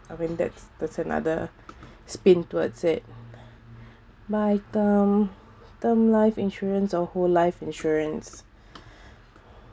I mean that's that's another spin towards it my term term life insurance or whole life insurance